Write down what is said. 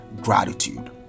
gratitude